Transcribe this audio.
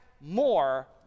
more